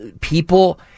people